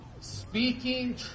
Speaking